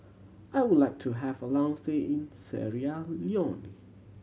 I would like to have a long stay in Sierra Leone